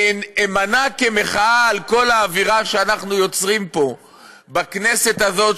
אני אימנע כמחאה על כל האווירה שאנחנו יוצרים פה בכנסת הזאת,